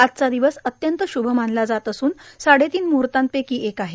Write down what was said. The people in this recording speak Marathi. आजचा दिवस अत्यंत शुभ मानला जात असून साडेतीन मुहूर्तापैकी एक आहे